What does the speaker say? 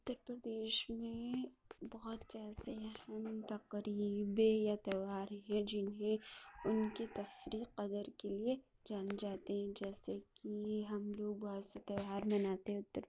اتر پردیش میں بہت ایسے اہم تقریبیں یا تہواریں ہیں جنہیں ان کی تفریق اگر کیے جانے جاتے ہیں جیسے کہ ہم لوگ بہت سے تہوار مناتے ہیں اتر